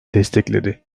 destekledi